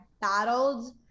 battled